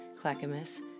Clackamas